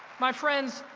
my friends,